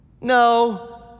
no